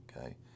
okay